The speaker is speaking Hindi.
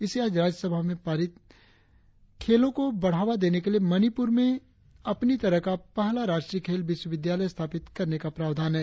इसे आज राज्यसभा ने पारित में खेलों को बढ़ावा देने के लिए मणिपुर में अपनी तरह का पहला राष्ट्रीय खेल विश्वविद्यालय स्थापित करने का प्रावधान है